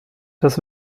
das